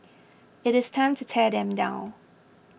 it's time to tear them down